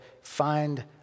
find